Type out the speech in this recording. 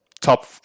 Top